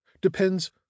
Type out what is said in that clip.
depends